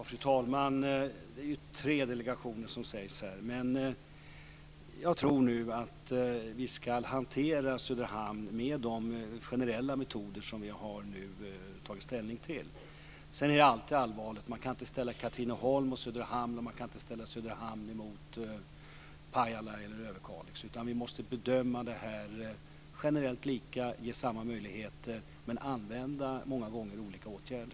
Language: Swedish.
Fru talman! Det är tre delegationer. Men jag tror att vi ska hantera Söderhamn med de generella metoder som vi nu har tagit ställning till. Sedan vill jag säga att det här alltid är allvarligt. Man kan inte ställa Katrineholm mot Söderhamn och Söderhamn mot Pajala eller Överkalix. Vi måste bedöma det här generellt lika och ge samma möjligheter. Men vi måste många gånger använda olika åtgärder.